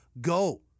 go